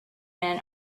men